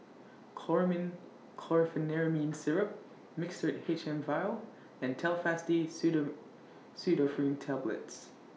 Chlormine Chlorpheniramine Syrup Mixtard H M Vial and Telfast D Pseudoephrine Tablets